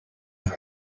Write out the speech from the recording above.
your